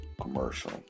commercial